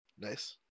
Nice